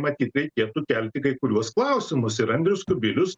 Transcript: matyt reikėtų kelti kai kuriuos klausimus ir andrius kubilius